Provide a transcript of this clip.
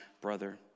brother